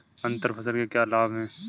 अंतर फसल के क्या लाभ हैं?